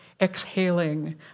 exhaling